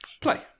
Play